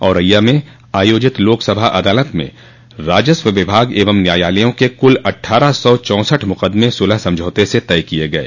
औरैया में आयोजित लोक अदालत में राजस्व विभाग एवं न्यायालयों के कुल अट्ठारह सौ चौसठ मुकदमें सुलह समझौते से तय किये गये